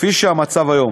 כפי שהמצב היום.